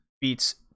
beats